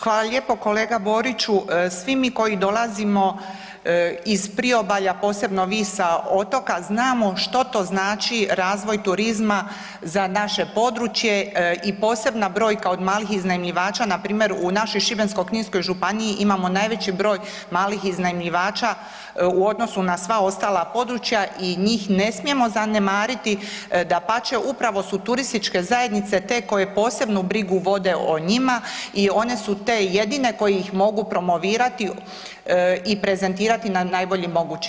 Hvala lijepo kolega Boriću svi mi koji dolazimo iz priobalja posebno vi sa otoka znamo što to znači razvoj turizma za naše područje i posebna brojka od malih iznajmljivača npr. u našoj Šibensko-kninskoj županiji imamo najveći broj malih iznajmljivača u odnosu na sva ostala područja i njih ne smijemo zanemariti dapače upravo su turističke zajednice te koje posebnu brigu vode o njima i one su te jedine koje ih mogu promovirati i prezentirati na najbolji mogući način.